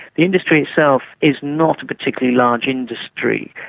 the industry itself is not a particularly large industry.